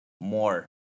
more